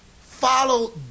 follow